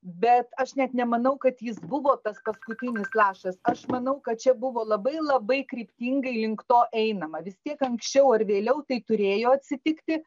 bet aš net nemanau kad jis buvo tas paskutinis lašas aš manau kad čia buvo labai labai kryptingai link to einama vis tiek anksčiau ar vėliau tai turėjo atsitikti